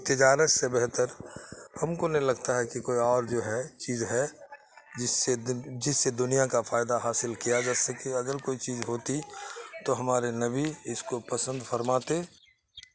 تجارت سے بہتر ہم کو نہیں لگتا ہے کہ کوئی اور جو ہے چیز ہے جس سے جس سے دنیا کا فائدہ حاصل کیا جا سکے اگر کوئی چیز ہوتی تو ہمارے نبی اس کو پسند فرماتے